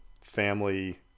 family